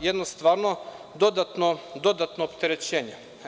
jedno stvarno dodatno opterećenje.